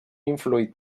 influït